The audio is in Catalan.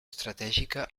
estratègica